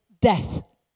death